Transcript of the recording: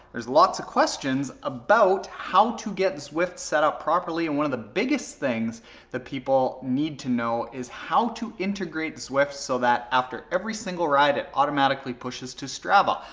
there's lots of questions about how to get zwift set up properly. and one of the biggest things the people need to know is how to integrate zwift so that after every single ride it automatically pushes to strava.